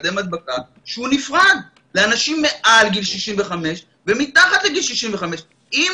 מקדם הדבקה שהוא נפרד לאנשים מעל גיל 65 ומתחת לגיל 65. אם